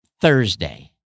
Thursday